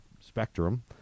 spectrum